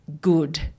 good